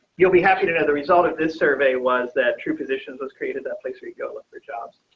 you'll be happy to know the result of this survey. was that true positions was created that place we go look for jobs.